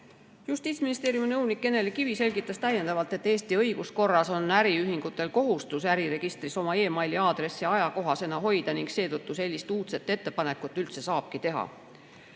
Justiitsministeeriumi nõunik Eneli Kivi selgitas täiendavalt, et Eesti õiguskorras on äriühingutel kohustus äriregistris oma e-maili aadressi ajakohasena hoida ning seetõttu sellist uudset ettepanekut üldse saabki